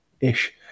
ish